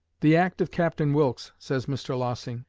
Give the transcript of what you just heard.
the act of captain wilkes, says mr. lossing,